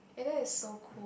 eh that is so cool